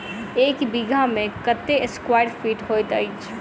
एक बीघा मे कत्ते स्क्वायर फीट होइत अछि?